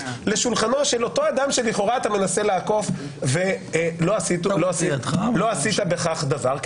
לשולחנו של אותו אדם שלכאורה אתה מנסה לעקוף ולא עשית בכך דבר,